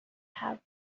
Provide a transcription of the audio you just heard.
have